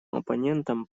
оппонентом